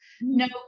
No